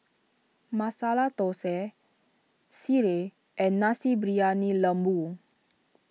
Masala Thosai Sireh and Nasi Briyani Lembu